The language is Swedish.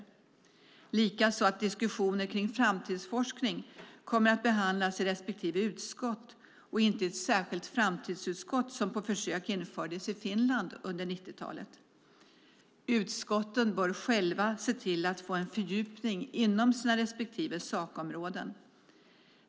Det är likaså glädjande att diskussioner kring framtidsforskning kommer att behandlas i respektive utskott och inte i ett särskilt framtidsutskott, vilket på försök infördes i Finland under 90-talet. Utskotten bör själva se till att få en fördjupning inom sina respektive sakområden.